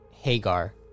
Hagar